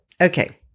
Okay